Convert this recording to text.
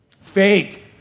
Fake